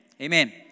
Amen